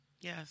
Yes